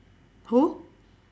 who